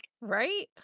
Right